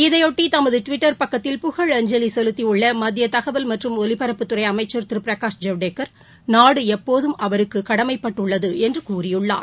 இதையொட்டிதமதுடுவிட்டர் பக்கத்தில் புகழஞ்சலிசெலுத்திடள்ளமத்தியதகவல் மற்றம் ஒலிபரப்புத்துறைஅமைச்சர் திருபிரகாஷ் ஐவடேக்கா் நாடுஎப்போதும் அவருக்குகடமைப்பட்டுள்ளதுஎன்றுகூறியுள்ளார்